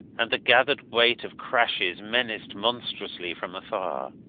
and the gathered weight of crashes menaced monstrously from afar.